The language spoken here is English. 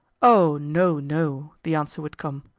oh, no, no, the answer would come.